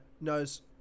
knows